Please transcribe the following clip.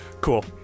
cool